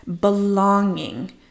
belonging